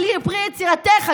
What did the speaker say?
פרי יצירתך,